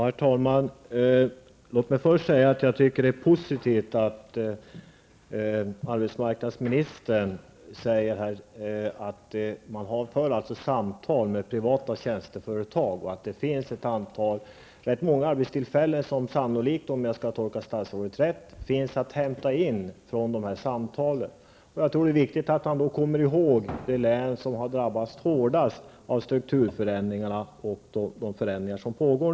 Herr talman! Låt mig först säga att jag tycker att det är positivt att arbetsmarknadsministern här säger att man för samtal med privata tjänsteföretag och att det sannolikt, om jag har tolkat statsrådet rätt, finns rätt många arbetstillfällen att hämta in från de samtalen. Jag tror att det är viktigt att man då kommer ihåg det län som har drabbats hårdast av strukturförändringarna och de förändringar som nu pågår.